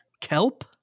Kelp